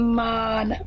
man